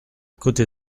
côté